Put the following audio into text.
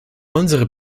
unsere